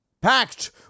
Packed